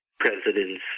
President's